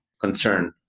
concern